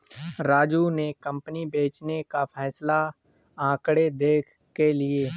राजू ने कंपनी बेचने का फैसला आंकड़े देख के लिए